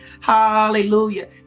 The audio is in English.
Hallelujah